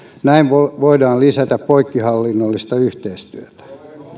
näin voidaan lisätä poikkihallinnollista yhteistyötä